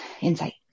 insight